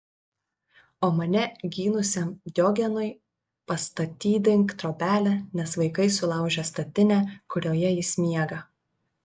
o mane gynusiam diogenui pastatydink trobelę nes vaikai sulaužė statinę kurioje jis miega